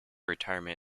retirement